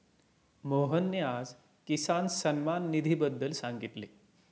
मोहनने आज किसान सन्मान निधीबद्दल सांगितले